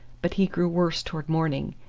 but he grew worse towards morning,